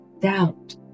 doubt